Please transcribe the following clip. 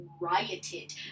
rioted